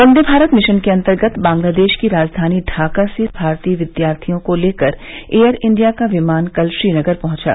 वंदे Bharat mission के अंतर्गत बांग्लादेश की राजधानी ढाका से सोलह भारतीय विद्यार्थियों को लेकर एयर इंडिया का विमान कल श्रीनगर पहुंचा